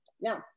Now